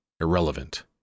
irrelevant